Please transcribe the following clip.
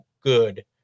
good